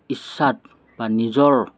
ইচ্ছাত বা নিজৰ